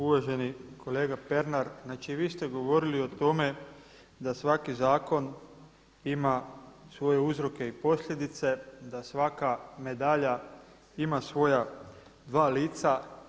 Uvaženi kolega Pernar, znači vi ste govorili o tome da svaki zakon ima svoje uzroke i posljedice, da svaka medalja ima svoja dva lica.